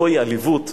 זוהי עליבות.